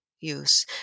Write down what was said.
use